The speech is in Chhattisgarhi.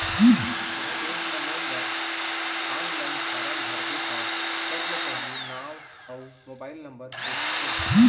कोहूँ बेंक म लोन बर आनलाइन फारम भरबे त सबले पहिली नांव अउ मोबाइल नंबर पूछथे